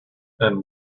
and